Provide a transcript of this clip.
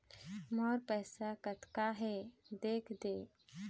मोर पैसा कतका हे देख देव?